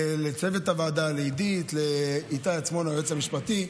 לצוות הוועדה, לעידית, לאיתי עצמון, היועץ המשפטי,